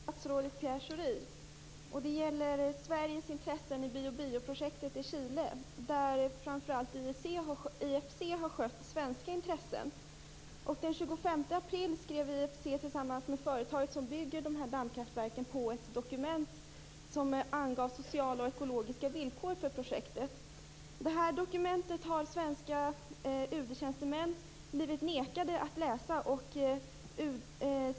Fru talman! Jag har en fråga till statsrådet Pierre Schori. Det gäller Sveriges intressen i Bío-Bíoprojektet i Chile, där framför allt IFC har skött svenska intressen. Den 25 april skrev IFC tillsammans med det företag som bygger dammkraftverken på ett dokument med sociala och ekologiska villkor för projektet. Det dokumentet har svenska UD-tjänstemän blivit nekade att läsa.